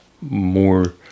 more